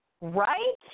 Right